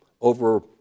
over